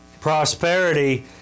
Prosperity